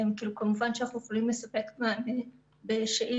כמובן שאנחנו יכולים לספק מענה בשאילתות